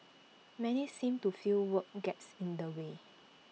many seem to feel work gets in the way